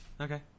okay